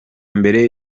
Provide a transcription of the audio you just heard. mbere